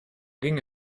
ging